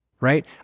Right